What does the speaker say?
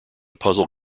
puzzle